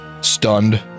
stunned